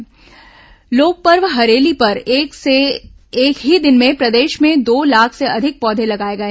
हरेली पौधारोपण लोकपर्व हरेली पर एक ही दिन में प्रदेश में दो लाख से अधिक पौधे लगाए गए